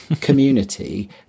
community